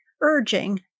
urging